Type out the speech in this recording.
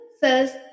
says